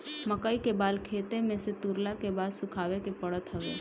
मकई के बाल खेते में से तुरला के बाद सुखावे के पड़त हवे